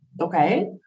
Okay